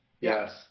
Yes